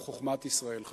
גם חוכמת ישראל חשובה.